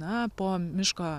na po miško